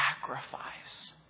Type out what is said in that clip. sacrifice